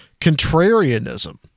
contrarianism